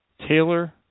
Taylor